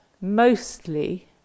mostly